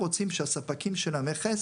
רוצים שהספקים של המכס